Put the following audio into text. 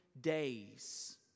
days